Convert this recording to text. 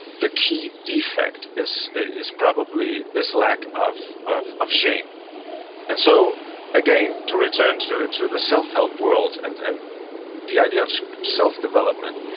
the key defect is is probably this lack of of shame and so again, to return to to the self-help world and and the idea of self-development,